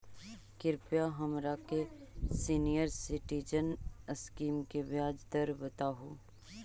कृपा हमरा के सीनियर सिटीजन स्कीम के ब्याज दर बतावहुं